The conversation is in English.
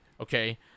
Okay